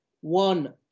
one